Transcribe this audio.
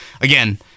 Again